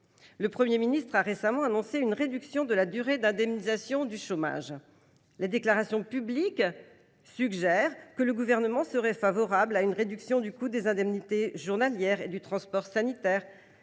Le Premier ministre a ainsi récemment annoncé une réduction de la durée d’indemnisation du chômage. Les déclarations publiques suggèrent en outre que le Gouvernement serait favorable à une diminution du coût des indemnités journalières et du transport sanitaire,